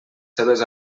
seves